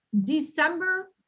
December